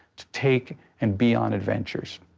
to take and be on adventures.